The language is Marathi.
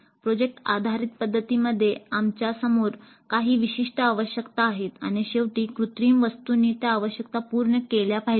प्रोजेक्ट आधारित पध्दतीमध्ये आमच्या समोर काही विशिष्ट आवश्यकता आहेत आणि शेवटी कृत्रिम वस्तूंनी त्या आवश्यकता पूर्ण केल्या पाहिजेत